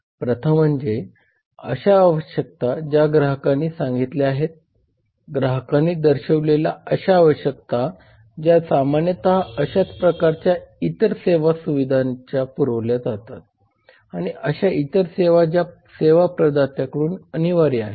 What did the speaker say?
प्रथम म्हजे अशा आवश्यकता ज्या ग्राहकांनी सांगितल्या आहेत ग्राहकांनी दर्शवलेल्या अशा आवश्यकता ज्या सामान्यतः अशाच प्रकारच्या इतर सेवांद्वारे पुरविल्या जातात आणि अशा इतर सेवा ज्या सेवा प्रदात्याकडून अनिवार्य आहेत